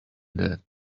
that